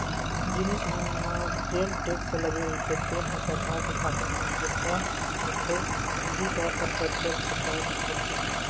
जिनिस मन म जेन टेक्स लगे रहिथे तेन ह सरकार के खाता म जता होथे इहीं ह अप्रत्यक्छ कर होथे